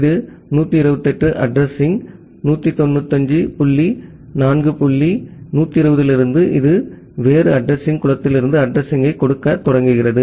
இது 128 அட்ரஸிங் 195 புள்ளி 4 புள்ளி 120 இலிருந்து வேறு அட்ரஸிங்க் குளத்திலிருந்து அட்ரஸிங்யைக் கொடுக்கத் தொடங்குகிறது